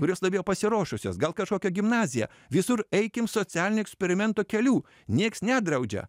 kurios labiau pasiruošusios gal kažkokią gimnaziją visur eikim socialinio eksperimento keliu nieks nedraudžia